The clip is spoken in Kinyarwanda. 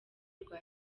rwa